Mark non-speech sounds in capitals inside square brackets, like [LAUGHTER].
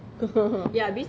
[LAUGHS]